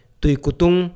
tuikutung